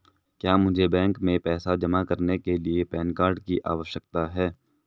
क्या मुझे बैंक में पैसा जमा करने के लिए पैन कार्ड की आवश्यकता है?